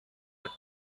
with